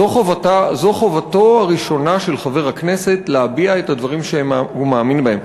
זו חובתו הראשונה של חבר הכנסת להביע את הדברים שהוא מאמין בהם.